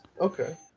okay